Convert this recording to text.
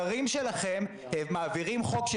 עכשיו אני מדבר עליך.